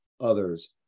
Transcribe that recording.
others